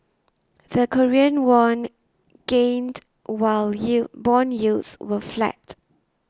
the Korean won gained while yield bond yields were flat